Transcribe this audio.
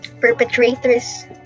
perpetrators